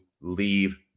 leave